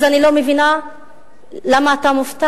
אז אני לא מבינה למה אתה מופתע,